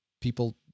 people